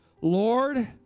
Lord